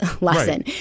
lesson